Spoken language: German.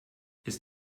ist